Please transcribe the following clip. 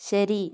ശരി